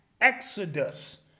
exodus